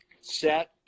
set